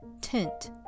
tint